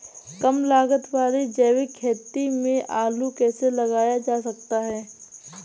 कम लागत वाली जैविक खेती में आलू कैसे लगाया जा सकता है?